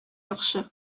яхшы